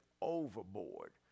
overboard